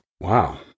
Wow